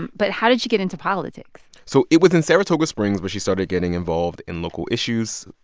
but how did she get into politics? so it was in saratoga springs where she started getting involved in local issues.